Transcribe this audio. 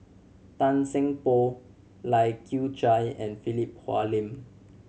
Tan Seng Poh Lai Kew Chai and Philip Hoalim